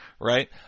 Right